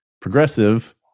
progressive